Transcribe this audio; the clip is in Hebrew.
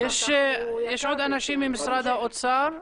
יש עוד אנשים ממשרד האוצר?